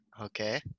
Okay